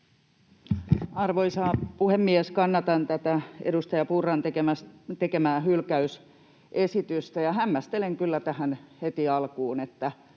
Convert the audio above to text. Arvoisa puhemies! Kannatan tätä edustaja Purran tekemää hylkäysesitystä ja hämmästelen kyllä tähän heti alkuun, että